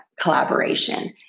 collaboration